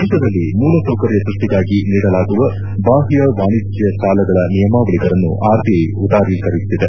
ದೇಶದಲ್ಲಿ ಮೂಲ ಸೌಕರ್ಯ ಸೃಷ್ಟಿಗಾಗಿ ನೀಡಲಾಗುವ ಬಾಹ್ಯ ವಾಣಿಜ್ಯ ಸಾಲಗಳ ನಿಯಮಾವಳಿಗಳನ್ನು ಆರ್ಐಐ ಉದಾರೀಕರಿಸಿದೆ